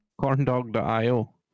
Corndog.io